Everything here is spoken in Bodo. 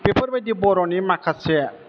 बेफोरबायदि बर'नि माखासे